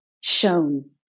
shown